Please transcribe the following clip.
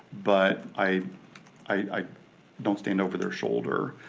but i i don't stand over their shoulder.